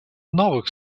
новых